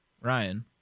Ryan